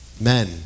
Men